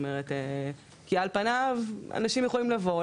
כי על פניו אנשים יכולים לבוא,